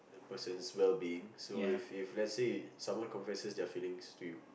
person's well being so if if let's say someone confesses their feelings to you